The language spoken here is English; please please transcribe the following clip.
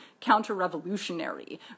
counter-revolutionary